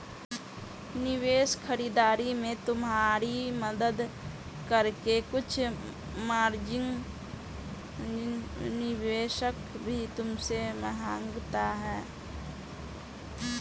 निवेश खरीदारी में तुम्हारी मदद करके कुछ मार्जिन निवेशक भी तुमसे माँगता है